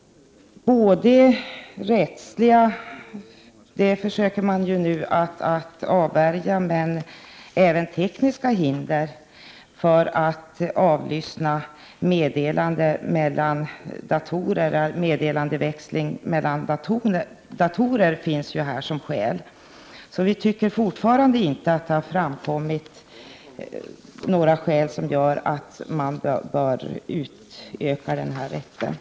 Såväl rättsliga som tekniska hinder försöker man nu att få bort när det gäller att avlyssna meddelanden mellan datorer — meddelandeväxling mellan datorer nämns ju här. Vi vidhåller således att det ännu inte har framkommit några skäl som gör att denna rätt bör utökas.